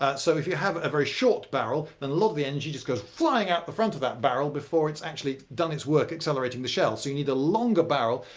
ah so if you have a very short barrel, a and lot of the energy just goes flying out the front of that barrel before it's actually done its work accelerating the shell. so you need a longer barrel.